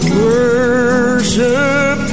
worship